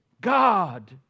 God